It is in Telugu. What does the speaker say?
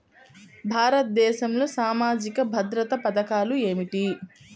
భారతదేశంలో సామాజిక భద్రతా పథకాలు ఏమిటీ?